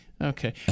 Okay